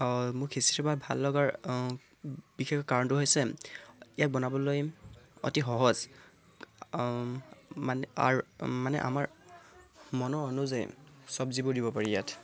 মোৰ খিচিৰি ভাত ভাল লগাৰ বিশেষ কাৰণটো হৈছে ইয়াক বনাবলৈ অতি সহজ মানে আৰ মানে আমাৰ মনৰ অনুযায়ী চবজিবোৰ দিব পাৰি ইয়াত